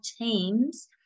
teams